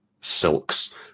silks